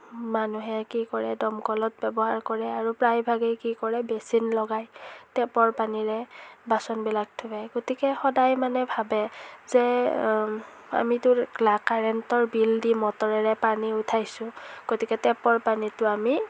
মানুহে কি কৰে দমকলত ব্যৱহাৰ কৰে আৰু প্ৰায়ভাগেই কি কৰে বেচিন লগাই টেপৰ পানীৰে বাচনবিলাক ধোৱে গতিকে সদায় মানে ভাবে যে আমিতো না কাৰেণ্টৰ বিল দি মটৰেৰে পানী উঠাইছোঁ গতিকে টেপৰ পানীটো আমি